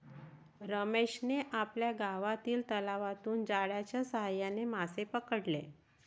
रमेशने आपल्या गावातील तलावातून जाळ्याच्या साहाय्याने मासे पकडले